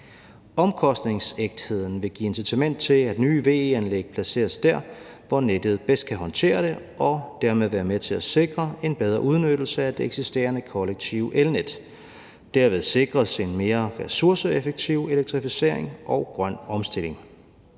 Omkostningsægtheden vil give incitament til, at nye VE-anlæg placeres der, hvor nettet bedst kan håndtere det, og dermed være med til at sikre en bedre udnyttelse af det eksisterende kollektive elnet. Derved sikres en mere ressourceeffektiv elektrificering og grøn omstilling.